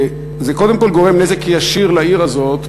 זה קודם כול גורם נזק ישיר לעיר הזאת,